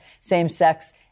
same-sex